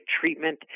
treatment